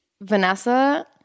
Vanessa